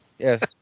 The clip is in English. Yes